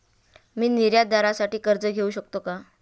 मी निर्यातदारासाठी कर्ज घेऊ शकतो का?